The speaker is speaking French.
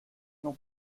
nom